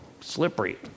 Slippery